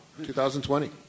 2020